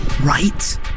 Right